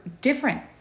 different